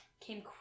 came